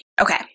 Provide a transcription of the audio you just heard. Okay